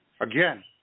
Again